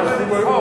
למה זה צחוק?